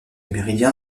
méridien